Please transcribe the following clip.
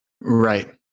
Right